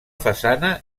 façana